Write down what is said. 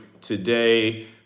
today